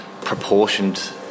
proportioned